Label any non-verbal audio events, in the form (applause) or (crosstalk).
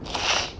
(breath)